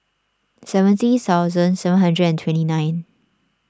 seventy thousand seven hundred and twenty nine